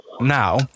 Now